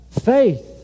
faith